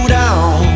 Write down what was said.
down